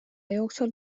jooksul